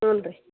ಹ್ಞೂ ರೀ